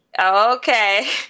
Okay